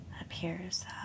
appears